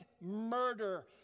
murder